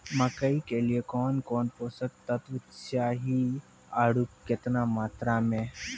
मकई के लिए कौन कौन पोसक तत्व चाहिए आरु केतना मात्रा मे?